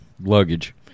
Luggage